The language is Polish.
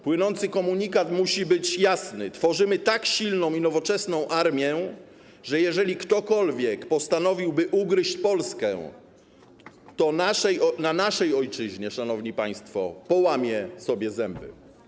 Płynący komunikat musi być jasny: tworzymy tak silną i nowoczesną armię, że jeżeli ktokolwiek postanowiłby ugryź Polskę, to na naszej ojczyźnie, szanowni państwo, połamie sobie zęby.